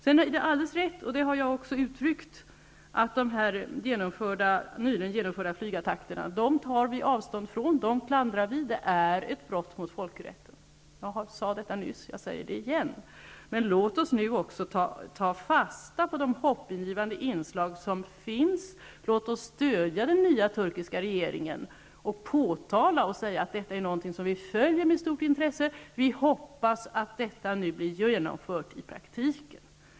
Sedan är det alldeles rätt, och det har jag också uttryckt, att de nyligen genomförda flygattackerna tar vi avstånd från. Dem klandrar vi. De är ett brott mot folkrätten. Jag sade detta nyss, och jag säger det igen. Men låt oss nu också ta fasta på de hoppingivande inslag som finns. Låt oss stödja den nya turkiska regeringen och framhålla att vi följer vad som sker med stort intresse. Vi hoppas att de förändringar som ställts i utsikt nu blir genomförda i praktiken.